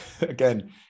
again